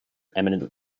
eminent